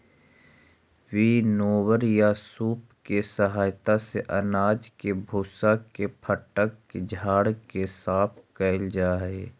winnower या सूप के सहायता से अनाज के भूसा के फटक झाड़ के साफ कैल जा हई